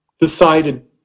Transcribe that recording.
decided